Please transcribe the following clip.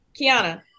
Kiana